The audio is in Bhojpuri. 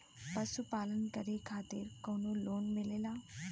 पशु पालन करे खातिर काउनो लोन मिलेला?